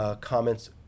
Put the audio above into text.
comments